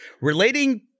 Relating